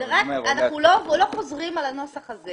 אנחנו לא חוזרים על הנוסח הזה.